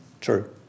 True